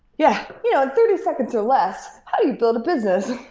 yeah yeah, in thirty seconds or less, how do you build a business?